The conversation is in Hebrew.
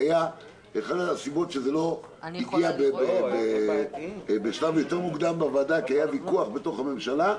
אחת הסיבות שזה לא הגיע לשלב יותר מוקדם לוועדה זה שהיה ויכוח בממשלה,